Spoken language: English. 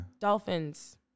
Dolphins